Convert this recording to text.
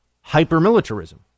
hyper-militarism